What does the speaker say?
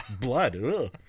Blood